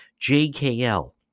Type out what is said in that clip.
jkl